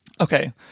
Okay